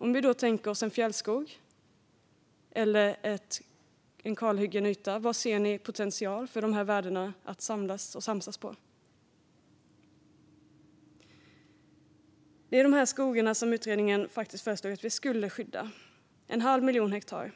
Om ni tänker er en fjällskog eller en kalhuggen yta, var ser ni potential för de här värdena att samsas? Det är de här skogarna som utredningen föreslog att vi skulle skydda en halv miljon hektar av.